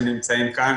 שנציגיו נמצאים כאן.